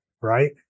right